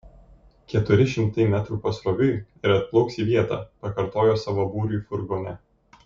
keturi šimtai metrų pasroviui ir atplauks į vietą pakartojo savo būriui furgone